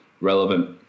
relevant